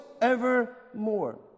evermore